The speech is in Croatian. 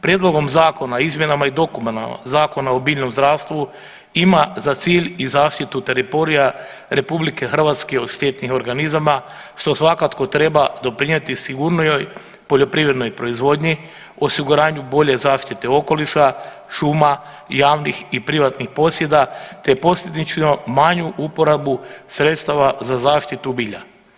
Prijedlogom zakona o izmjenama i dopunama Zakona o biljnom zdravstvu ima za cilj i zaštitu teritorija RH od štetnih organizama, što svakako treba doprinjeti sigurnijoj poljoprivrednoj proizvodnji, osiguranju bolje zaštite okoliša, šuma, javnih i privatnih posjeda, te posljedično manju uporabu sredstava za zaštitu bilja.